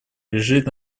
лежит